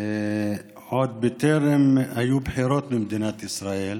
עוד בטרם היו בחירות במדינת ישראל,